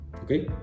okay